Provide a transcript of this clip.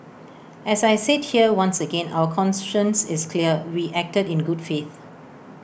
as I said here once again our conscience is clear we acted in good faith